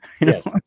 Yes